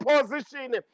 position